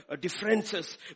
differences